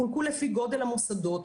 חולקו לפי גודל המוסדות.